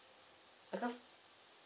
because